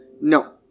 No